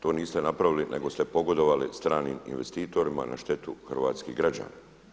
To niste napravili, nego ste pogodovali stranim investitorima na zdravlje hrvatskih građana.